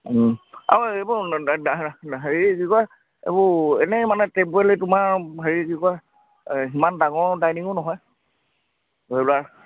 আৰু এইবোৰ হেৰি কি কয় এইবোৰ এনেই মানে টেবুল তোমাৰ হেৰি কি কয় সিমান ডাঙৰ ডাইনিঙো নহয় ধৰি লোৱা